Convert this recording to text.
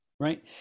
Right